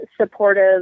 supportive